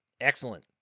Excellent